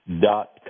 dot